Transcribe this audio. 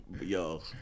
yo